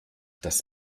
das